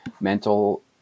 mental